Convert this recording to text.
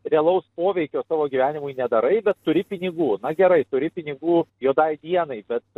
realaus poveikio savo gyvenimui nedarai bet turi pinigų na gerai turi pinigų juodai dienai bet